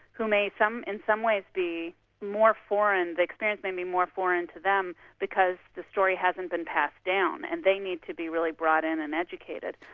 who may in some ways be more foreign, the experience may be more foreign to them because the story hasn't been passed down, and they need to be really brought in and educated.